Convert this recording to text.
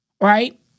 Right